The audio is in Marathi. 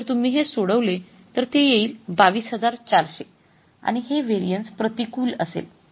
जर तुम्ही हे सोडवले तर ते येईल २२४०० आणि हे व्हेरिएन्स प्रतिकूल असेल